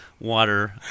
water